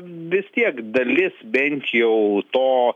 vis tiek dalis bent jau to